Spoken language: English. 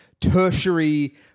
tertiary